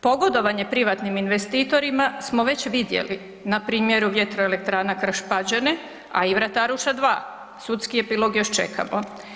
Pogodovanje privatnim investitorima smo već vidjeli na primjeru vjetroelektrana Krš-Pađene, a i Vrataruša 2, sudski epilog još čekamo.